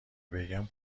بگم